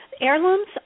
Heirlooms